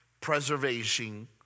preservation